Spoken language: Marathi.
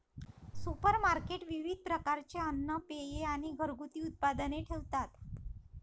सुपरमार्केट विविध प्रकारचे अन्न, पेये आणि घरगुती उत्पादने ठेवतात